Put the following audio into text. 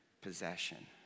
possession